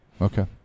Okay